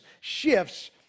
shifts